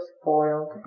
spoiled